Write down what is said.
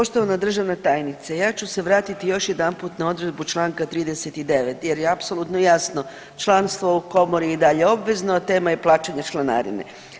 Poštovana državna tajnice ja ću se vratiti još jedanput na odredbu Članka 39. jer je apsolutno jasno, članstvo u komori i dalje obvezno, a tema je plaćanje članarine.